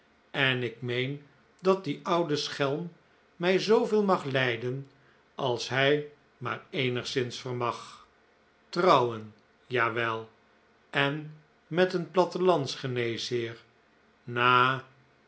en ik meen dat die oude schelm mij zooveel mag lijden als hij maar eenigszins vermag trouwen jawel en met een plattelandsgeneesheer na